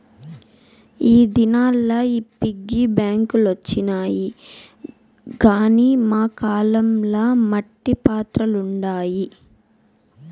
ఈ దినాల్ల ఈ పిగ్గీ బాంక్ లొచ్చినాయి గానీ మా కాలం ల మట్టి పాత్రలుండాయి